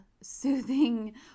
soothing